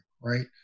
right